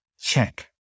Check